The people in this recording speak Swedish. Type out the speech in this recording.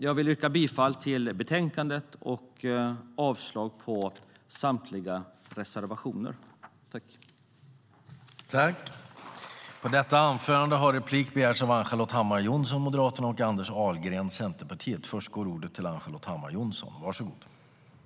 Jag yrkar bifall till utskottets förslag i betänkandet och avslag på samtliga reservationer.